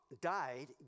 died